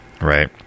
Right